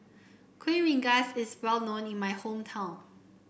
Kueh Rengas is well known in my hometown